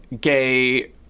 gay